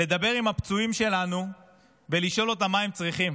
לדבר עם הפצועים שלנו ולשאול אותם מה הם צריכים.